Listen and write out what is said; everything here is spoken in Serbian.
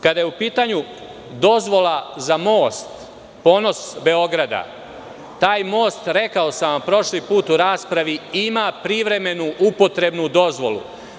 Kada je u pitanju dozvola za most, ponos Beograda, taj most, rekao sam vam prošli put u raspravi ima privremenu upotrebnu dozvolu.